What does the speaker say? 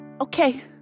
Okay